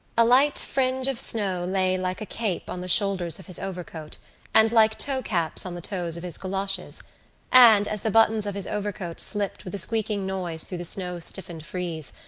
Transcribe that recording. a light fringe of snow lay like a cape on the shoulders of his overcoat and like toecaps on the toes of his goloshes and, as the buttons of his overcoat slipped with a squeaking noise through the snow-stiffened frieze,